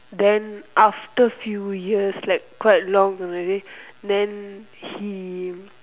then after few years like quite long already then he